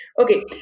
Okay